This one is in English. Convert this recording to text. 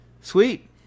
Sweet